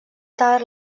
tard